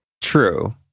True